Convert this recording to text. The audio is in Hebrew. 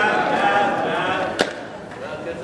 ההצעה